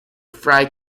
fry